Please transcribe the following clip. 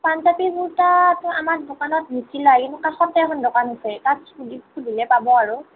পাঞ্জাৱী কুৰ্টাটো আমাৰ দোকানত বিক্ৰী নাই কিন্তু কাষতে এখন দোকান আছে তাত সুধি সুধিলে পাব আৰু